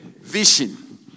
vision